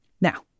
Now